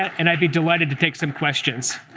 and i'd be delighted to take some questions.